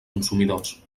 consumidors